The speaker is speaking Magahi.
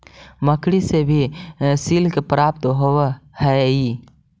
मकड़ि से भी सिल्क प्राप्त होवऽ हई